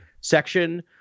section